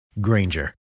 Granger